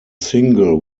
single